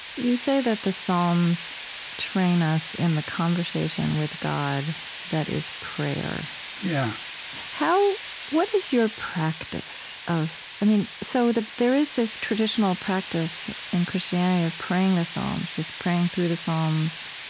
you say that the psalms train us in the conversation with god that is prayer yeah how what is your practice of, i mean, so there is this traditional practice in christianity of praying the psalms, just praying through the psalms.